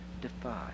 defied